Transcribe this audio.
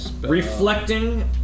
Reflecting